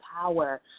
power